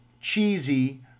cheesy